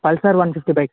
pulsar one fifty bike sir